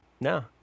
No